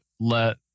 let